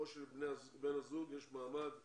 או שלבן הזוג יש מעמד בישראל.